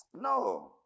No